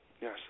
yes